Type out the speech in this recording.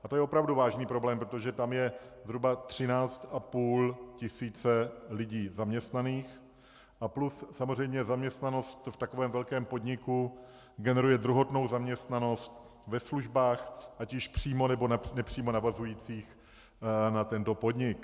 A to je opravdu vážný problém, protože tam je zhruba 13,5 tisíce lidí zaměstnaných a plus samozřejmě zaměstnanost v takovém velkém podniku generuje druhotnou zaměstnanost ve službách ať již přímo, nebo nepřímo navazujících na tento podnik.